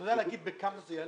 אתה יכול להגיד בכמה זה יעלה?